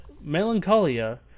Melancholia